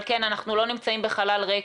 אז אני מניחה שהמתפ"ש